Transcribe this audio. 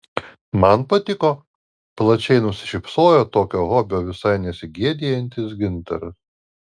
man patiko plačiai nusišypsojo tokio hobio visai nesigėdijantis gintaras